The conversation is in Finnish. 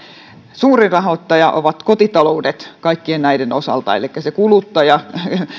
suurin rahoittaja ovat kotitaloudet kaikkien näiden osalta elikkä se kuluttaja